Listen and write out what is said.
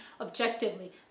objectively